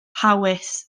hawys